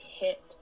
hit